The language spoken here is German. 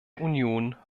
union